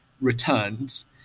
returns